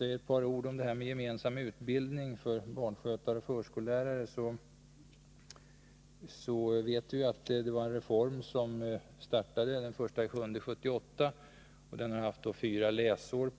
Ett par ord om gemensam utbildning för barnskötare och förskollärare. Vi vet att det var en reform av förskollärarutbildningen som startade den 1 juli 1978, och den har varit i kraft under fyra läsår.